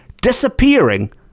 disappearing